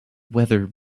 weather